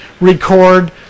record